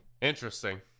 interesting